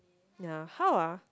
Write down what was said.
ya how ah